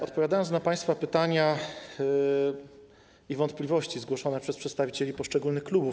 Odpowiadam na państwa pytania i wątpliwości zgłoszone przez przedstawicieli poszczególnych klubów.